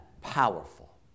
powerful